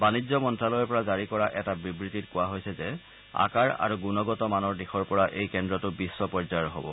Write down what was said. বাণিজ্য মন্ত্ৰালয়ৰ পৰা জাৰি কৰা এটা বিবৃতিত কোৱা হৈছে যে আকাৰ আৰু গুণগত মানৰ দিশৰ পৰা এই কেন্দ্ৰটো বিশ্ব পৰ্যায়ৰ হ'ব